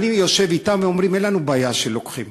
אני יושב אתם והם אומרים: אין לנו בעיה שלוקחים,